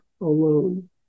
alone